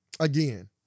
Again